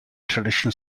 traditional